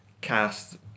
cast